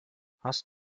hast